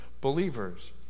believers